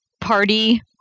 party